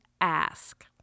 ask